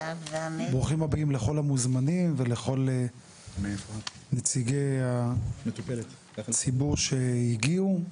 ברוכים הבאים לכל המוזמנים ולכל נציגי הציבור שהגיעו,